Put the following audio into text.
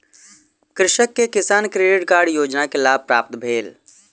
कृषक के किसान क्रेडिट कार्ड योजना के लाभ प्राप्त भेल